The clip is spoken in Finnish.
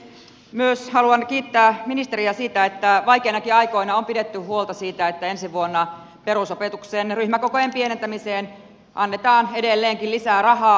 myös haluan kiittää ministeriä siitä että vaikeinakin aikoina on pidetty huolta siitä että ensi vuonna perusopetuksen ryhmäkokojen pienentämiseen annetaan edelleenkin lisää rahaa